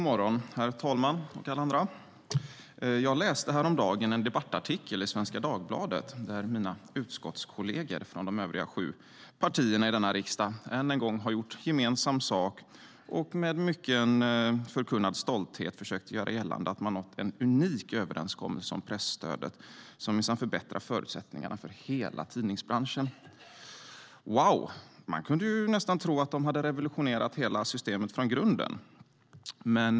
Herr talman! Jag läste häromdagen en debattartikel i Svenska Dagbladet där mina utskottskollegor från de övriga sju partierna i denna riksdag än en gång gjort gemensam sak och med mycken förkunnad stolthet försökt göra gällande att man nått en unik överenskommelse om presstödet som minsann förbättrar förutsättningarna för hela tidningsbranschen. Wow! Man kunde nästan tro att de hade revolutionerat hela systemet från grunden.